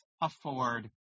afford